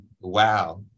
Wow